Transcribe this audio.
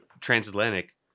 transatlantic